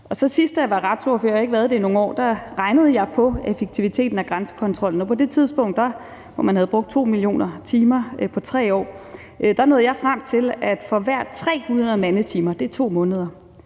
været det i nogle år – regnede jeg på effektiviteten af grænsekontrollen, og på det tidspunkt, når man havde brugt 2 millioner timer på 3 år, nåede jeg frem til, at for hver 300 mandetimer, hvilket er